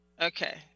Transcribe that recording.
Okay